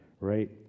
right